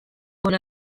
ona